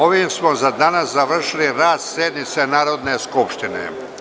Ovim smo za danas završili rad sednice Narodne skupštine.